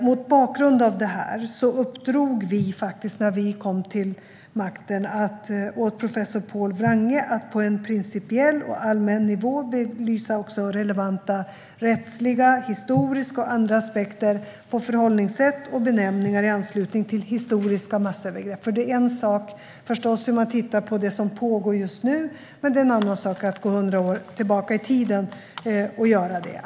Mot bakgrund av detta uppdrog vi, när vi kom till makten, åt professor Pål Wrange att på en principiell och allmän nivå belysa relevanta rättsliga, historiska och andra aspekter på förhållningssätt och benämningar i anslutning till historiska massövergrepp. Det är en sak att titta på det som pågår just nu och en annan att gå hundra år tillbaka i tiden och göra det.